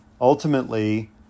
ultimately